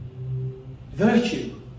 virtue